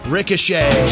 Ricochet